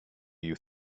you